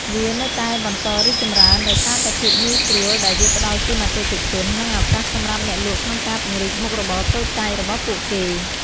វានៅតែបន្តរីកចម្រើនដោយសារតែភាពងាយស្រួលដែលវាផ្តល់ជូនអតិថិជន និងឱកាសសម្រាប់អ្នកលក់ក្នុងការពង្រីកមុខរបរតូចតាចរបស់ពួកគេ។